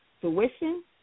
tuition